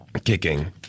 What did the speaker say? kicking